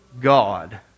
God